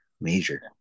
major